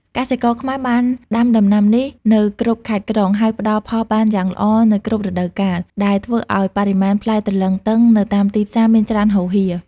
កសិករខ្មែរបានដាំដំណាំនេះនៅគ្រប់ខេត្តក្រុង ហើយផ្តល់ផលបានយ៉ាងល្អនៅគ្រប់រដូវកាល ដែលធ្វើឱ្យបរិមាណផ្លែទ្រលឹងទឹងនៅតាមទីផ្សារមានច្រើនហូរហៀរ។